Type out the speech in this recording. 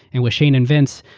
and with shane and vince,